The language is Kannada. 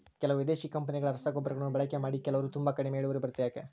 ಕೆಲವು ವಿದೇಶಿ ಕಂಪನಿಗಳ ರಸಗೊಬ್ಬರಗಳನ್ನು ಬಳಕೆ ಮಾಡಿ ಕೆಲವರು ತುಂಬಾ ಕಡಿಮೆ ಇಳುವರಿ ಬರುತ್ತೆ ಯಾಕೆ?